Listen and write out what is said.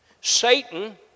Satan